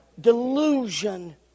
Delusion